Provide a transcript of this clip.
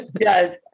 Yes